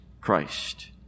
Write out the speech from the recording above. Christ